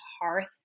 hearth